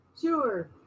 Sure